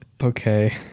okay